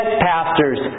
pastors